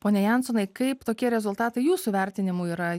pone jansonai kaip tokie rezultatai jūsų vertinimu yra